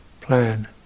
plan